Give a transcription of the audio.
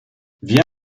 vient